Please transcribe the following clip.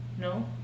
No